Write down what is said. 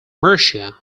mercia